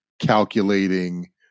calculating